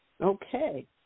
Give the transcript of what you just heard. Okay